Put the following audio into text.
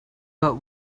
but